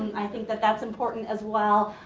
i think that that's important as well.